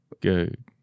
Good